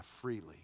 freely